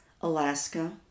Alaska